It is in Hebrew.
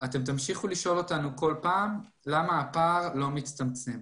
אתם תמשיכו לשאול אותנו כל פעם למה הפער לא מצטמצם.